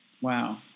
Wow